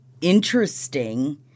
interesting